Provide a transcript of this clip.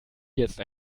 jetzt